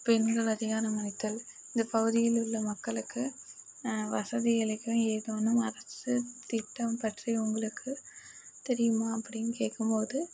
பெண்கள் அதிகாரம் அளித்தல் இந்த பகுதியில் உள்ள மக்களுக்கு வசதிகளுக்கு ஏதுவான அரசு திட்டம் பற்றி உங்களுக்கு தெரியுமா அப்படின்னு கேட்கும் போது